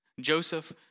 Joseph